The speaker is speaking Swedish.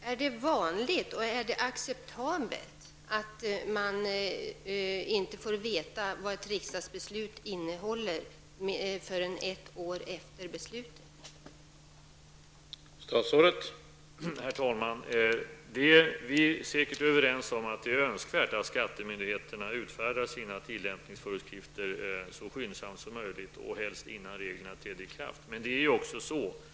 Är det vanligt och acceptabelt att man inte får veta vad ett riksdagsbeslut innehåller förrän ett år efter beslutet fattades?